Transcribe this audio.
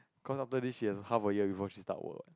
cause after this she got half of year before she start work